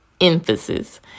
emphasis